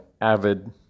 avid